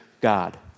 God